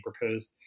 proposed